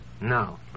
No